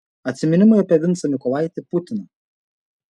atsiminimai apie vincą mykolaitį putiną